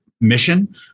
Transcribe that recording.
mission